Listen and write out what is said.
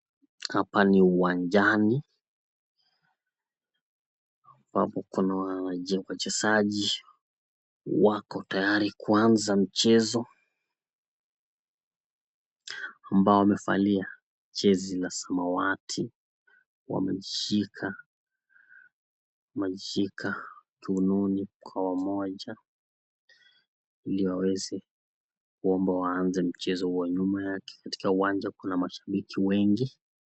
Hapa ni uwanjani, wachezaji wako tayari kuanza mchezo ambao wamevalia jezi ya samawati . Wamejishika kiunoni pamoja ili waweze kuanza mchezo. Nyuma ya uwanja kuna mashabiki wengi.